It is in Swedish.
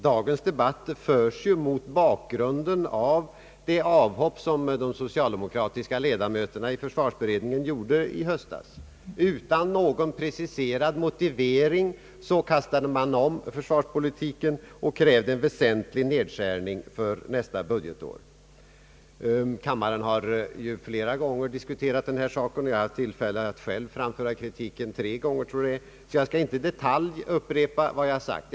Dagens debatt förs ju mot bakgrunden av det avhopp som de socialdemokratiska ledamöterna i försvarsberedningen gjorde i höstas. Utan någon preciserad motivering kastade man om försvarspolitiken och krävde en väsentlig nedskärning för nästa budgetår. Kammaren har flera gånger diskuterat denna fråga, och jag har själv haft tillfälle att tre gånger — tror jag — framföra kritik mot detta och skall inte i detalj upprepa vad jag har sagt.